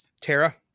Tara